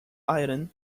item